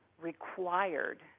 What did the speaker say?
required